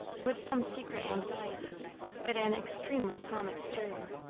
with some secret anxiety but an extremely calm exterior.